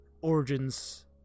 origins